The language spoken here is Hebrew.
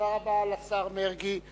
תודה רבה לשר מרגי.